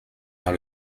dans